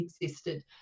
existed